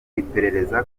iperereza